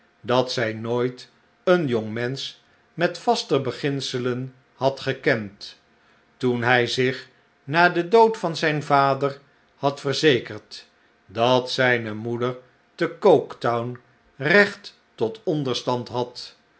dat zij nooit een jongmensch met vaster beginselen had gekend toen hij zich na den dood van zijn vader had verzekerd dat zijne moeder te coketown recht tot onderstand had